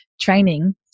training